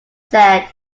said